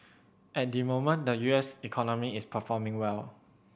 at the moment the U S economy is performing well